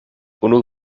unu